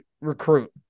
recruit